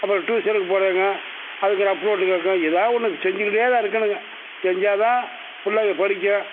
அப்பறம் டூசனுக்கு போறதுங்க அதுக்கு ரஃப் நோட்டு கேட்கும் எதாவது ஒன்று செஞ்சுக்கிட்டேதான் இருக்கணுங்க செஞ்சால்தான் பிள்ளைக படிக்கும்